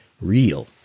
real